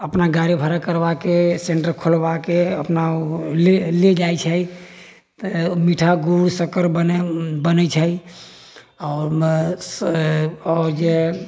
अपना गाड़ी भारा करवाके सेन्टर खोलबाके अपना ले ले जाइ छै तऽ मीठा गुड़ शक्कर बनै छै आओर ओ जे